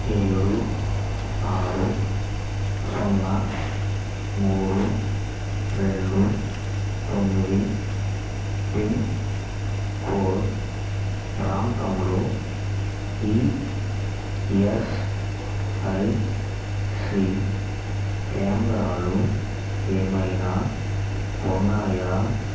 ఏడు ఆరు సున్నా మూడు రెండు తొమ్మిది పిన్కోడ్ ప్రాంతంలో ఈఎస్ఐసి కేంద్రాలు ఏవైనా ఉన్నాయా